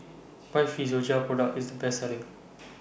Physiogel Product IS The Best Selling